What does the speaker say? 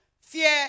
fear